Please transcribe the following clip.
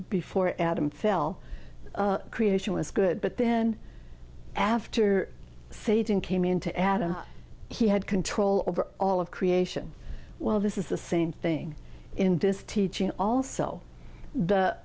before adam fell creation was good but then after satan came into adam he had control over all of creation well this is the same thing in dist teaching also the